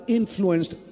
influenced